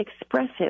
expressive